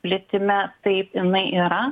plitime taip jinai yra